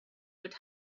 would